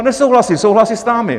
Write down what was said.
Nesouhlasí, souhlasí s námi.